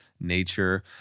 nature